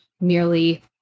merely